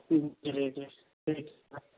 جی جی ٹھیک ہے